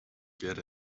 get